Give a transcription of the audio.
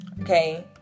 Okay